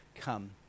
come